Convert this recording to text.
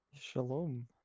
Shalom